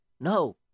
No